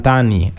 anni